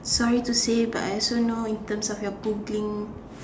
sorry to say but I also know in terms of your booking